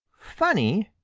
funny,